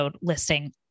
listing